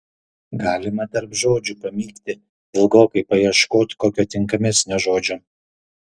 galima tarp žodžių pamykti ilgokai paieškot kokio tinkamesnio žodžio